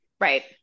Right